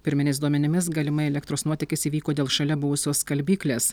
pirminiais duomenimis galimai elektros nuotėkis įvyko dėl šalia buvusios skalbyklės